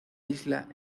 isla